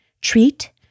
treat